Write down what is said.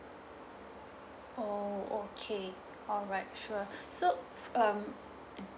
oh okay alright sure so um